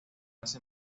hace